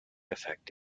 effects